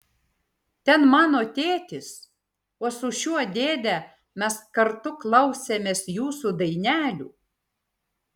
ten mano tėtis o su šiuo dėde mes kartu klausėmės jūsų dainelių